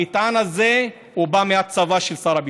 המטען הזה בא מהצבא של שר הביטחון.